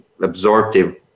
absorptive